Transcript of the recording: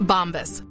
Bombas